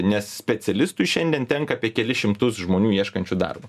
nes specialistui šiandien tenka apie kelis šimtus žmonių ieškančių darbo